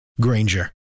Granger